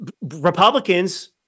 Republicans